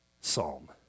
psalm